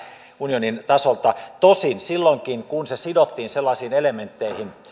unionin tasolta tosin silloinkin se sidottiin sellaisiin elementteihin